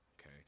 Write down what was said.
okay